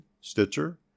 Stitcher